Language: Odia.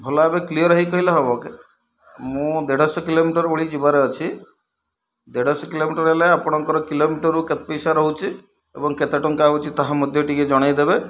ଭଲଭାବେ କ୍ଲିୟର ହେଇ କହିଲେ ହବ ମୁଁ ଦେଢ଼ଶହ କିଲୋମିଟର ବୋଲି ଯିବାର ଅଛି ଦେଢ଼ଶହ କିଲୋମିଟର ହେଲେ ଆପଣଙ୍କର କିଲୋମିଟରରୁ କେତେ ପଇସା ରହୁଛି ଏବଂ କେତେ ଟଙ୍କା ହେଉଛି ତାହା ମଧ୍ୟ ଟିକେ ଜଣେଇଦେବେ